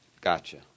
Gotcha